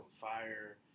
fire